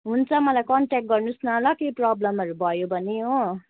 हुन्छ मलाई कन्ट्याक्ट गर्नुहोस् न ल केही प्रबलमहरू भयो भने हो